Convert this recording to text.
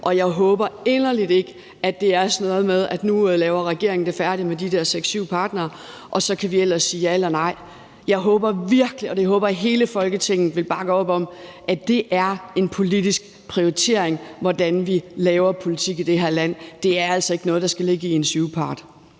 Og jeg håber inderligt ikke, at det er sådan noget med, at nu laver regeringen det færdigt med de der seks-syv parter, og så kan vi ellers sige ja eller nej. Jeg håber virkelig – og det håber jeg at hele Folketinget vil bakke op om – at det er en politisk prioritering, hvordan laver politik i det her land. Det er altså ikke noget, der skal ligge i en